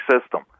system